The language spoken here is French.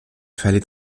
fallait